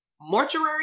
mortuary